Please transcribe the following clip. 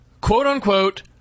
Quote-unquote